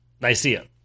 Nicaea